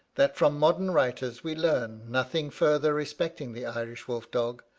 that from modern writers we learn nothing further respecting the irish wolf-dog,